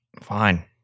Fine